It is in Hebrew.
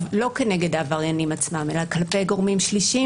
לא כנגד העבריינים עצמם אלא כלפי גורמים שלישיים